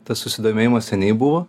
tas susidomėjimas seniai buvo